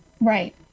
Right